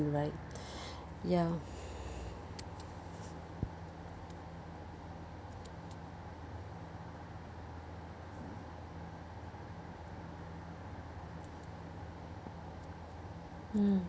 right ya mm